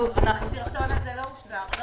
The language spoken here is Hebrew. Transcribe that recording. הסרטון הזה לא הוסר.